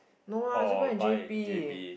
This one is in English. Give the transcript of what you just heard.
no ah just buy in J_B